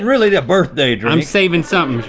really a birthday drink. i'm saving something,